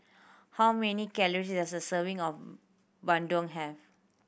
how many calories does a serving of bandung have